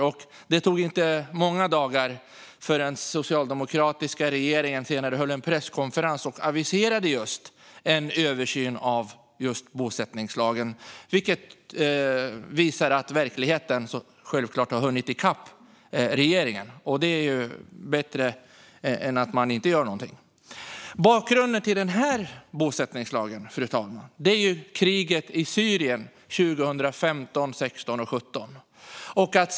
Det tog dock inte många dagar förrän den socialdemokratiska regeringen höll en presskonferens och aviserade just en översyn av bosättningslagen, vilket visade att verkligheten hunnit i kapp regeringen. Detta är självklart bättre än att man inte gör någonting. Bakgrunden till den här bosättningslagen, fru talman, är kriget i Syrien 2015, 2016 och 2017.